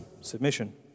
Submission